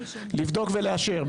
לבדוק ולאשר,